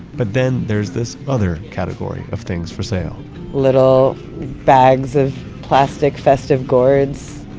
but then there's this other category of things for sale little bags of plastic festive gourds,